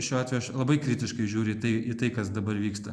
šiuo atveju aš labai kritiškai žiūriu į tai į tai kas dabar vyksta